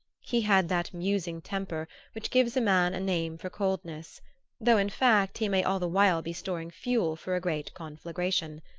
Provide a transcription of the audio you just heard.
he had that musing temper which gives a man a name for coldness though in fact he may all the while be storing fuel for a great conflagration.